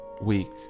week